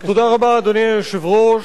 אדוני היושב-ראש,